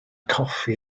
coffi